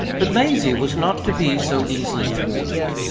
but mazie was not to be so easily thwarted.